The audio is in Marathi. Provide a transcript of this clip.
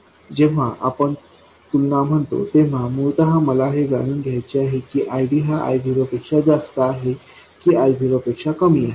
जेव्हा आपण तुलना म्हणतो तेव्हा मूळत मला हे जाणून घ्यायचे आहे की ID हा I0 पेक्षा जास्त आहे की I0 पेक्षा कमी आहे